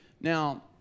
Now